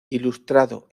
ilustrado